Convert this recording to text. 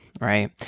right